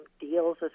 deals